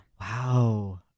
Wow